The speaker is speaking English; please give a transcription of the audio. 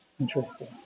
Interesting